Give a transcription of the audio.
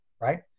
right